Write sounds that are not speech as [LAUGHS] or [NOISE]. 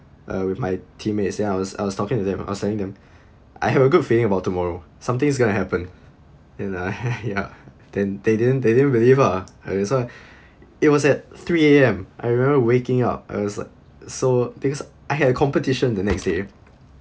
uh with my teammates then I was I was talking to them I was telling them I have a good feeling about tomorrow something's going to happen and I [LAUGHS] ya then they didn't they didn't believe lah and that's why it was at three A_M I remember waking up I was like so things I had competition the next day